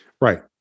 Right